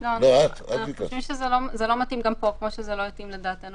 זה לא הליך של חדלות פירעון